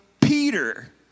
Peter